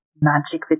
magic